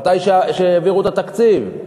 כשהעבירו את התקציב.